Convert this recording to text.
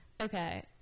Okay